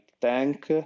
tank